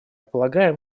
полагаем